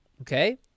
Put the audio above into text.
Okay